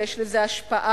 ויש לזה השפעה,